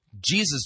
Jesus